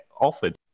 offered